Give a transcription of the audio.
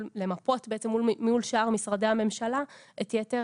בעצם למפות מול שאר משרדי הממשלה את יתר,